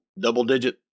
double-digit